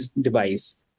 device